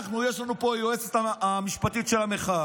אנחנו, יש לנו פה היועצת המשפטית של המחאה,